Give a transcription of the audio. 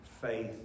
faith